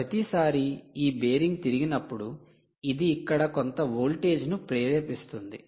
ప్రతిసారీ ఈ బేరింగ్ తిరిగినప్పుడు ఇది ఇక్కడ కొంత వోల్టేజ్ ను ప్రేరేపిస్తుంది